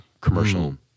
commercial